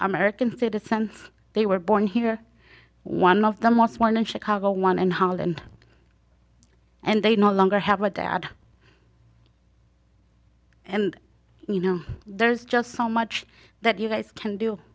american citizens they were born here one of the most one in chicago one in holland and they no longer have a dad and you know there's just so much that you guys can do